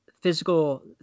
physical